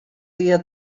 dia